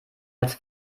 als